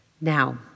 Now